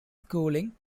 schooling